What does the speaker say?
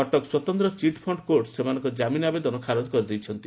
କଟକ ସ୍ୱତନ୍ଦ୍ର chit fund court ସେମାନଙ୍କର ଜାମିନ୍ ଆବେଦନ ଖାରଜ କରିଦେଇଛନ୍ତି